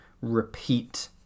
repeat